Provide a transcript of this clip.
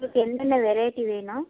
உங்களுக்கு என்னென்ன வெரைட்டி வேணும்